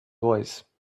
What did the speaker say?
voice